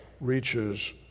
reaches